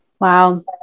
Wow